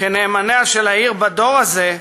כנאמניה של העיר בדור הזה,